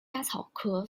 莎草科